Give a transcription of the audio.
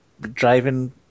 driving